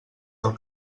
del